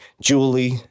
Julie